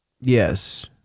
Yes